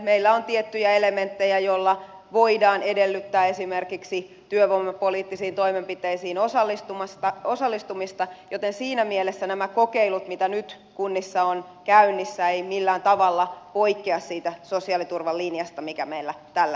meillä on tiettyjä elementtejä joilla voidaan edellyttää esimerkiksi työvoimapoliittisiin toimenpiteisiin osallistumista joten siinä mielessä nämä kokeilut joita nyt kunnissa on käynnissä eivät millään tavalla poikkea siitä sosiaaliturvan linjasta mikä meillä tällä hetkellä on